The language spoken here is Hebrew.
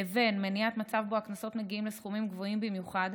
לבין מניעת מצב שבו הקנסות מגיעים לסכומים גבוהים במיוחד,